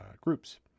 groups